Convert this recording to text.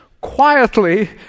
quietly